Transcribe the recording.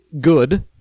good